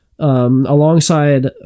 Alongside